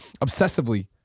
Obsessively